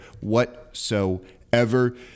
whatsoever